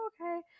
okay